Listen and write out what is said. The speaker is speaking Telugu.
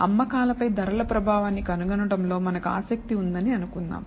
అమ్మకాలపై ధరల ప్రభావాన్ని కనుగొనడంలో మనకు ఆసక్తి ఉందని అనుకుందాం